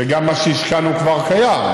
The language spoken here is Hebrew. ומה שהשקענו כבר קיים,